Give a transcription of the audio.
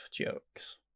jokes